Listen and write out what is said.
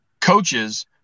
coaches –